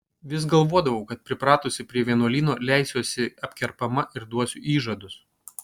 vis galvodavau kad pripratusi prie vienuolyno leisiuosi apkerpama ir duosiu įžadus